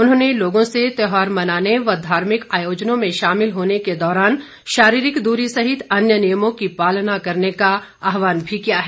उन्होंने लोगों से त्यौहार मनाने व धार्मिक आयोजनों में शामिल होने के दौरान शारीरिक दूरी सहित अन्य नियमों की पालना करने का आहवान भी किया है